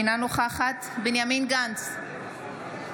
אינה נוכחת בנימין גנץ,